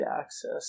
access